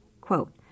Quote